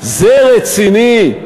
מאוד רציני.